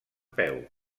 peu